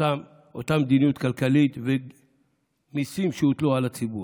אותה מדיניות כלכלית ומיסים שהוטלו על הציבור.